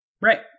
Right